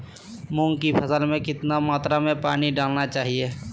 मूंग की फसल में कितना मात्रा में पानी डालना चाहिए?